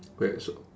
wait so